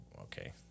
okay